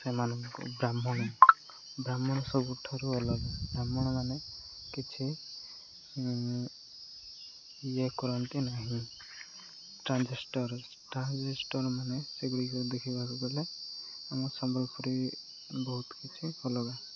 ସେମାନଙ୍କୁ ବ୍ରାହ୍ମଣ ବ୍ରାହ୍ମଣ ସବୁଠାରୁ ଅଲଗା ବ୍ରାହ୍ମଣମାନେ କିଛି ଇଏ କରନ୍ତି ନାହିଁ ଟ୍ରାଞ୍ଜେଷ୍ଟର ଟ୍ରାଞ୍ଜେଷ୍ଟରମାନେ ସେଗୁଡ଼ିକ ଦେଖିବାକୁ ଗଲେ ଆମ ସମ୍ବଲପୁରୀ ବହୁତ କିଛି ଅଲଗା